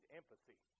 empathy